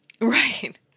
Right